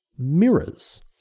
mirrors